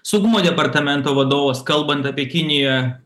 saugumo departamento vadovas kalbant apie kiniją